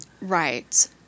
Right